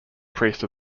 priest